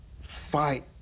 fight